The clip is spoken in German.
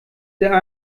der